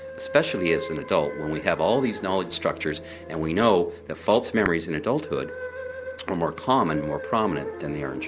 especially as an adult when we have all these knowledge structures and we know that false memories in adulthood are more common, more prominent than they are in